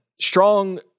Strong